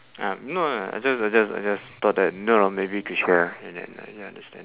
ah no no no I just I just I just thought that you know know maybe you could share and then uh ya understand